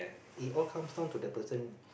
it all comes down to the person